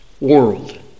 world